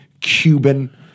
Cuban